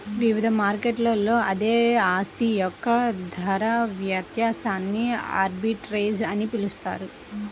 వివిధ మార్కెట్లలో అదే ఆస్తి యొక్క ధర వ్యత్యాసాన్ని ఆర్బిట్రేజ్ అని పిలుస్తారు